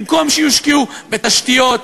במקום שיושקעו בתשתיות,